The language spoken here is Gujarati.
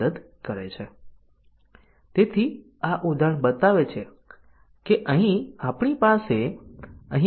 કન્ડિશન ના ડીસીઝન ના કવરેજ માટે આપણે ટેસ્ટીંગ ના કેસોમાં કન્ડિશન કવરેજ હાંસલ કરવું પડશે